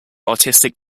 artistic